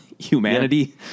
Humanity